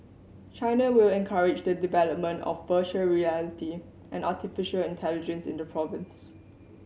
China will encourage the development of virtual reality and artificial intelligence in the province